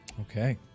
okay